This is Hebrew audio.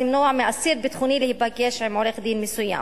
למנוע מאסיר ביטחוני להיפגש עם עורך-דין מסוים.